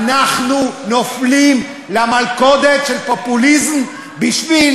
אנחנו נופלים למלכודת של פופוליזם בשביל